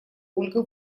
ольга